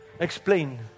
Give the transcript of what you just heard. Explain